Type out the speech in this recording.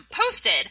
posted